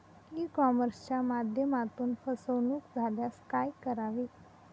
E कॉमर्सच्या माध्यमातून फसवणूक झाल्यास काय करावे?